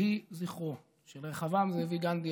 יהי זכרו של רחבעם זאבי גנדי,